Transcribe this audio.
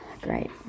Great